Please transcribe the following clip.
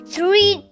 Three